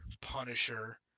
Punisher